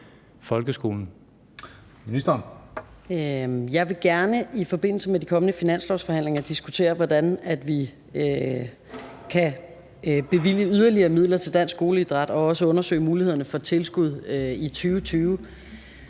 Jeg vil gerne i forbindelse med de kommende finanslovsforhandlinger diskutere, hvordan vi kan bevilge yderligere midler til Dansk Skoleidræt, og også undersøge mulighederne for tilskud i 2020.